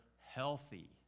healthy